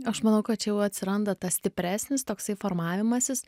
aš manau kad čia jau atsiranda tas stipresnis toksai formavimasis